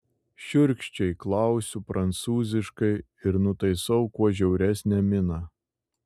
šiurkščiai klausiu prancūziškai ir nutaisau kuo žiauresnę miną